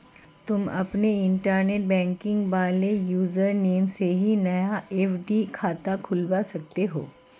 तुम अपने internet banking वाले यूज़र नेम से ही नया एफ.डी खाता खुलवा सकते हो